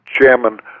chairman